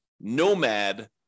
Nomad